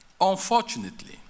Unfortunately